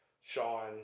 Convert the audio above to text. Sean